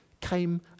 came